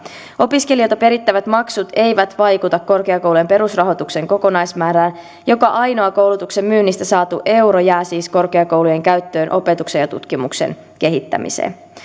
opiskelijoilta perittävät maksut eivät vaikuta korkeakoulujen perusrahoituksen kokonaismäärään joka ainoa koulutuksen myynnistä saatu euro jää siis korkeakoulujen käyttöön opetuksen ja tutkimuksen kehittämiseen